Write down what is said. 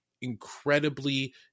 incredibly